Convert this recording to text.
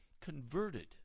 converted